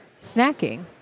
snacking